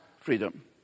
freedom